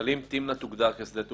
אבל אם תמנע תוגדר כשדה תעופה,